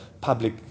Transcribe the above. public